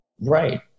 Right